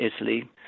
Italy